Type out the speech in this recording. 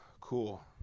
cool